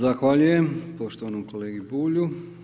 Zahvaljujem poštovanom kolegi Bulju.